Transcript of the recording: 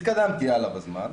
התקדמתי הלאה בזמן,